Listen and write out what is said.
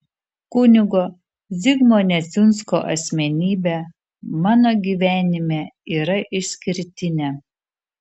kunigo zigmo neciunsko asmenybė mano gyvenime yra išskirtinė